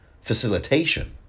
facilitation